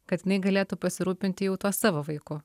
kad jinai galėtų pasirūpinti jau tuo savo vaiku